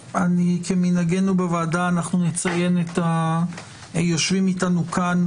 כמנהגנו בוועדה אנחנו נציין את היושבים אתנו כאן,